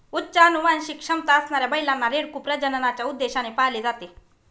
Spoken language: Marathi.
उच्च अनुवांशिक क्षमता असणाऱ्या बैलांना, रेडकू प्रजननाच्या उद्देशाने पाळले जाते